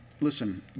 listen